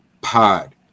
pod